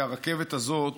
והרכבת הזאת